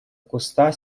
куста